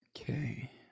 Okay